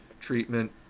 treatment